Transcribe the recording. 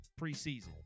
preseason